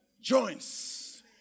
joints